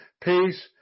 Peace